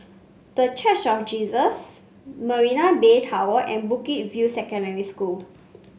The Church of Jesus Marina Bay Tower and Bukit View Secondary School